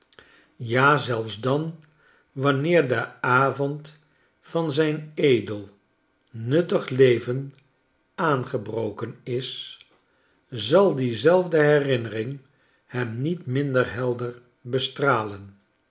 ja zelfs dan wanneer de avond van zijn edel nuttig leven aangebroken is zal diezelfde herinnering hem niet minder helder bestralen